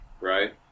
right